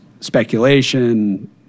speculation